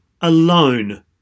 alone